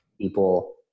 people